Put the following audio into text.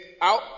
out